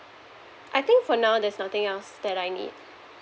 I think for now there's nothing else that I need